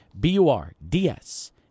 B-U-R-D-S